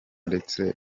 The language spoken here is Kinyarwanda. ndetse